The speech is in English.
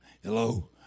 hello